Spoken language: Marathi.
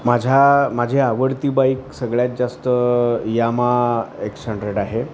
माझ्या माझी आवडती बाईक सगळ्यात जास्त यामा एक्स हंड्रेड आहे